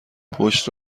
پشت